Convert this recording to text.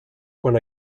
quan